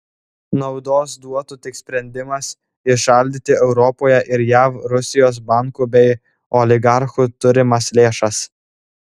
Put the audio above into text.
naudos duotų tik sprendimas įšaldyti europoje ir jav rusijos bankų bei oligarchų turimas lėšas